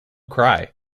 cry